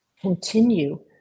continue